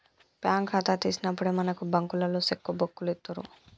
bank ఖాతా తీసినప్పుడే మనకు బంకులోల్లు సెక్కు బుక్కులిత్తరు